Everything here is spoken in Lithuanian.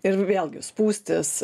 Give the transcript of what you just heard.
ir vėlgi spūstys